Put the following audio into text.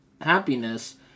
happiness